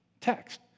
text